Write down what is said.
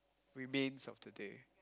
remains of today